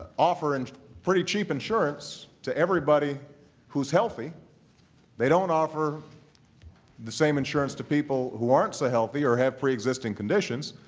offer and pretty cheap insurance to everybody who's healthy they don't offer the same insurance to people who aren't so healthy or have preexisting conditions.